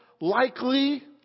likely